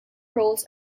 roles